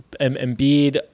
Embiid